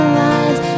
lines